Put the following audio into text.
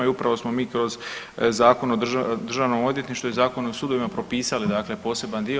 I upravo smo mi kroz Zakon o Državnom odvjetništvu i Zakon o sudovima propisali dakle poseban dio.